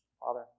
Father